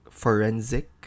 forensic